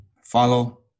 follow